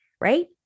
Right